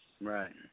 right